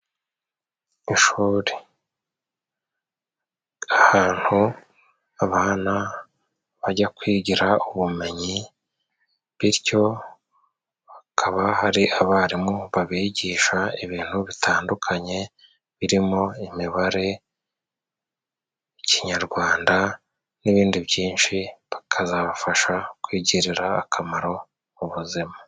Ishuri ahantu abana bajya kwigira ubumenyi, bityo hakaba hari abarimu babigisha ibintu bitandukanye, birimo imibare, ikinyarwanda n'ibindi byinshi, bakazabafasha kwigirira akamaro mu buzima.